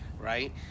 right